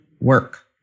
work